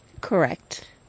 Correct